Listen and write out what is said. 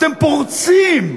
אתם פורצים,